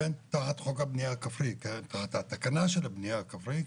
תחת חוק הבנייה הכפרי, התקנה של הבנייה הכפרית,